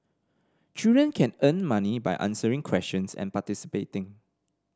children can earn money by answering questions and participating